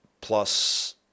plus